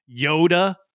Yoda